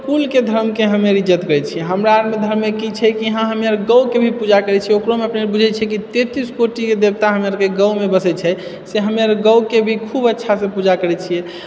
कुलके धर्मके हमे इज्जत करैत छियै हमरा आरमे धर्ममे की छै कि हँ हमे अर गौके भी पूजा करैत छियै ओकरोमे बुझै छियै कि तैंतीस कोटीके देवता हमरा आरके गौमे बसै छै से हमे आर गौके भी खूब अच्छासँ पूजा करैत छिऐ